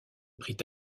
prit